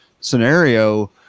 scenario